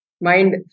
mind